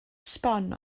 sbon